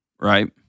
right